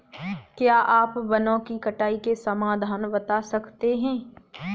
क्या आप वनों की कटाई के समाधान बता सकते हैं?